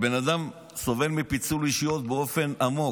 הבן אדם סובל מפיצול אישיות באופן עמוק.